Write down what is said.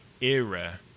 era